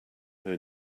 her